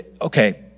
Okay